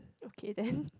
okay then